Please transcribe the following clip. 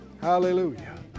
Hallelujah